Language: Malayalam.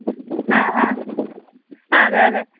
ആ ആ ആ അതെ അതെ